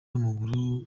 w’amaguru